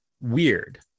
weird